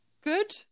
good